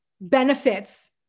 benefits